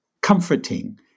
comforting